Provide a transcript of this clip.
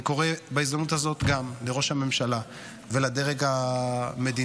אני קורא בהזדמנות הזאת גם לראש הממשלה ולדרג המדיני,